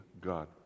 God